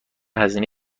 هزینه